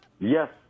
Yes